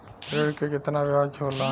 ऋण के कितना ब्याज होला?